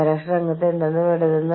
അത് അംഗീകരിക്കപ്പെടുന്നില്ല